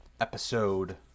episode